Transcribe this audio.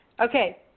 okay